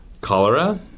Cholera